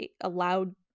allowed